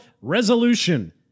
resolution